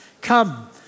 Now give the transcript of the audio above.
Come